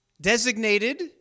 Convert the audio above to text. designated